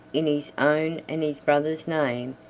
in his own and his brother's name,